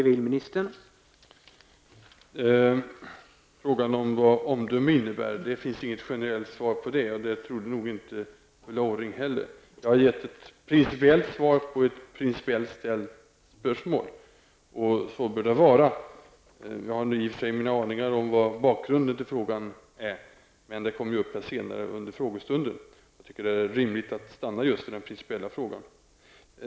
Herr talman! Det finns inget generellt svar på frågan vad omdöme innebär. Jag har gett ett principiellt svar på ett principiellt ställt spörsmål. Så bör det vara. Jag har i och för sig mina aningar vad bakgrunden till frågan är. Men det kommer upp senare under frågestunden. Det är rimligt att stanna just vid den principiella frågan.